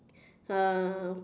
um